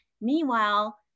meanwhile